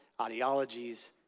ideologies